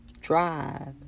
drive